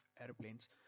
airplanes